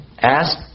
ask